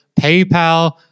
PayPal